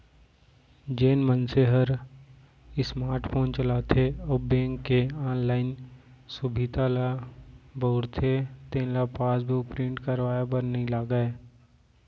जेन मनसे हर स्मार्ट फोन चलाथे अउ बेंक के ऑनलाइन सुभीता ल बउरथे तेन ल पासबुक प्रिंट करवाए बर नइ लागय